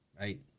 right